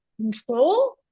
control